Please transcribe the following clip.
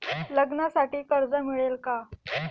लग्नासाठी कर्ज मिळेल का?